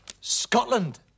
Scotland